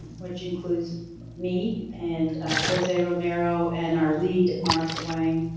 which includes me and jose romero and our lead mark wang,